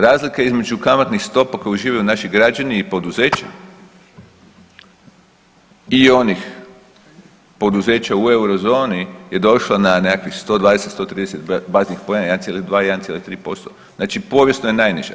Razlika između kamatnih stopa koje uživaju naši građani i poduzeće i onih poduzeća u eurozoni je došla na nekakvih 120-130 baznih poena 1,2-1,3%, znači povijesno je najniža.